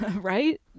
Right